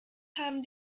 haben